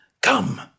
come